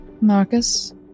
Marcus